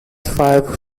five